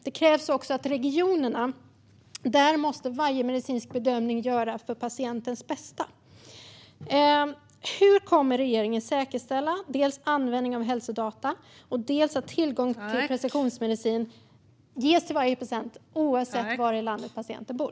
Det krävs också att varje medicinsk bedömning i regionerna måste göras för patientens bästa. Hur kommer regeringen att säkerställa dels användning av hälsodata, dels att tillgång till precisionsmedicin ges till varje patient oavsett var i landet patienten bor?